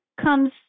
comes